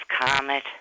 comet